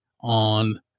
on